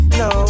no